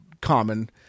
common